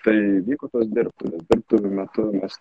tai vyko tos dirbtuvės dirbtuvių metu mes